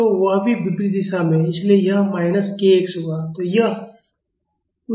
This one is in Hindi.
तो वह भी विपरीत दिशा में है इसलिए यह माइनस k x होगा